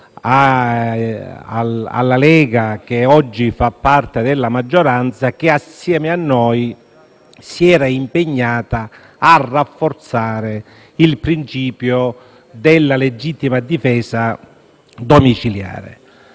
alla Lega, che oggi fa parte della maggioranza e che, assieme a noi, si era impegnata a rafforzare il principio della legittima difesa domiciliare.